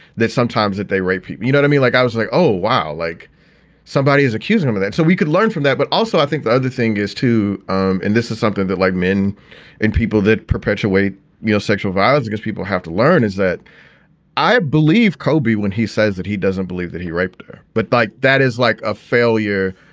sometimes that they write, you know, to me like i was like, oh, wow, like somebody is accusing him of that. so we could learn from that. but also, i think the other thing is, too. um and this is something that like men and people that perpetuate you know sexual violence because people have to learn is that i believe kobe, when he says that he doesn't believe that he raped her, but but that is like a failure.